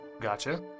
Gotcha